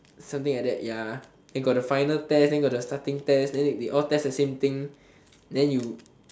something like that ya then got the final test then got the starting test then they all test the same thing then you